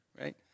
right